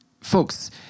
Folks